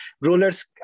rulers